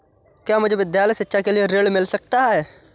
क्या मुझे विद्यालय शिक्षा के लिए ऋण मिल सकता है?